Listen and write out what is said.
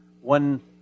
one